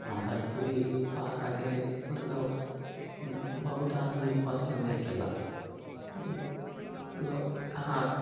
आओर भोजपुरी भाषाके मतलब बहुत आदमी पसन्द नहि कयलक मतलब अहाँ